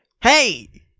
hey